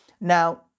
Now